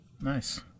Nice